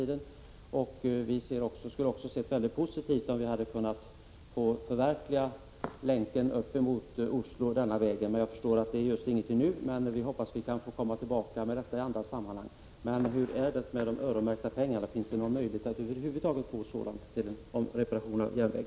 Det skulle också ha varit mycket positivt om länken upp mot Oslo från denna järnväg hade förverkligats, men det är alltså inte aktuellt nu. Jag hoppas att få komma tillbaka till denna fråga i andra sammanhang.